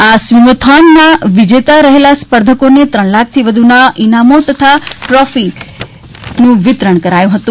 આ સ્વિમોથોનમાં વિજેતા રહેલા સ્પર્ધકોને ત્રણ લાખથી વધુના ઇનામો તથા ટ્રોફીનુ વિતરણ કરાયુ હતુ